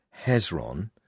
Hezron